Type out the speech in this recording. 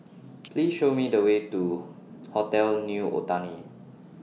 Please Show Me The Way to Hotel New Otani